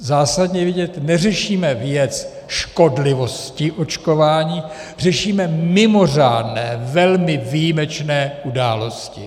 Zásadně vědět neřešíme věc škodlivosti očkování, řešíme mimořádné, velmi výjimečné události.